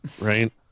right